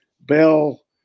Bell